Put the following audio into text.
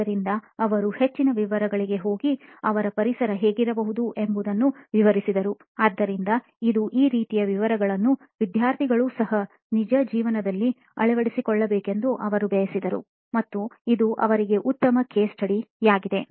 ಆದ್ದರಿಂದಅವರು ಹೆಚ್ಚಿನ ವಿವರಗಳಿಗೆ ಹೋಗಿ ಅವರ ಪರಿಸರ ಹೇಗಿರಬಹುದು ಎಂಬುದನ್ನು ವಿವರಿಸಿದರುಆದ್ದರಿಂದ ಇದುಈ ರೀತಿಯ ವಿವರಗಳನ್ನು ವಿದ್ಯಾರ್ಥಿಗಳು ಸಹ ನಿಜ ಜೀವನದಲ್ಲಿ ಅಳವಡಿಸಿಕೊಳ್ಳಬೇಕೆಂದು ಅವರು ಬಯಸಿದ್ದರು ಮತ್ತು ಇದು ಅವರಿಗೆ ಉತ್ತಮ ಕೇಸ್ ಸ್ಟಡಿಯಾಗಿದೆ